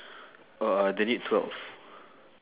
uh they need twelve